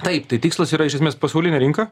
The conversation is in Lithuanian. taip tai tikslas yra iš esmės pasaulinė rinka